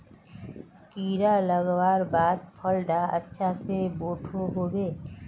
कीड़ा लगवार बाद फल डा अच्छा से बोठो होबे?